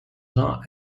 jean